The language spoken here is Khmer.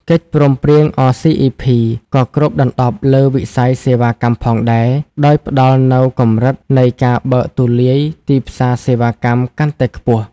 កិច្ចព្រមព្រៀង អ សុី អុី ភី(RCEP) ក៏គ្របដណ្តប់លើវិស័យសេវាកម្មផងដែរ ដោយផ្តល់នូវកម្រិតនៃការបើកទូលាយទីផ្សារសេវាកម្មកាន់តែខ្ពស់។